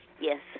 Yes